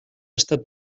estat